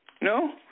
No